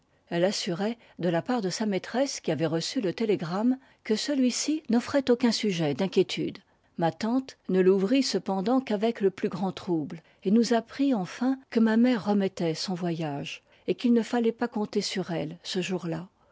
elle assurait de la part de sa maîtresse qui avait reçu le télégramme que celui-ci n'offrait aucun sujet d'inquiétude ma tante ne l'ouvrit cependant qu'avec le plus grand trouble et nous apprit enfin que ma mère remettait son voyage et qu'il ne fallait pas compter sur elle ce jour-là